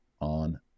on